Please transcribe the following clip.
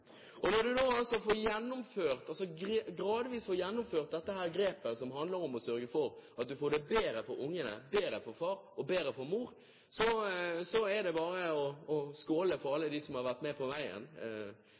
Og når en nå gradvis får gjennomført det grepet å sørge for at det blir bedre for ungene, bedre for far og bedre for mor, så er det bare å skåle for